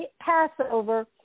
Passover